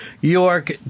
York